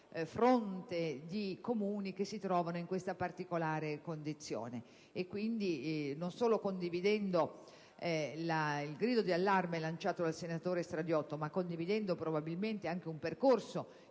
fronte di Comuni che si trovano in questa particolare condizione. E, quindi, non solo condividendo il grido di allarme lanciato dal senatore Stradiotto, ma probabilmente anche un percorso